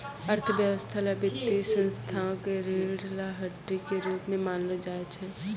अर्थव्यवस्था ल वित्तीय संस्थाओं क रीढ़ र हड्डी के रूप म मानलो जाय छै